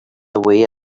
away